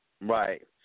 Right